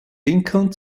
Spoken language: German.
lincoln